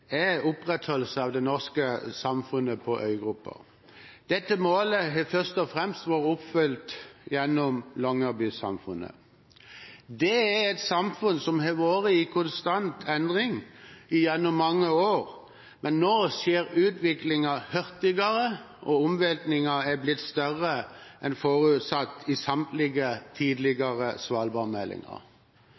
det norske samfunnet på øygruppen. Dette målet har først og fremst vært oppfylt gjennom Longyearby-samfunnet. Det er et samfunn som har vært i konstant endring gjennom mange år, men nå skjer utviklingen hurtigere, og omveltningen er blitt større enn forutsatt i samtlige tidligere